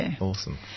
awesome